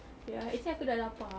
ya actually aku dah lapar